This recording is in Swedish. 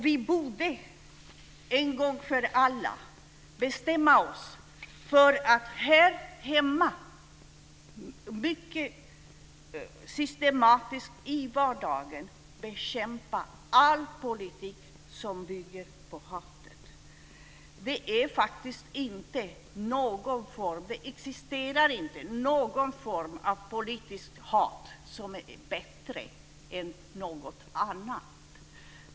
Vi borde en gång för alla bestämma oss för att här hemma, i vardagen, mycket systematiskt bekämpa all politik som bygger på hatet. Det existerar faktiskt inte någon form av politiskt hat som är bättre än någon annan.